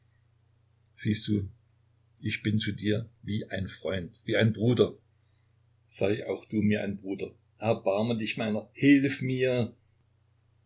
siehst du ich bin zu dir wie ein freund wie ein bruder sei auch du mir ein bruder erbarme dich meiner hilf mir